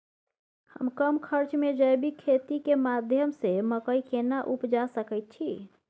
हम कम खर्च में जैविक खेती के माध्यम से मकई केना उपजा सकेत छी?